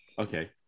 Okay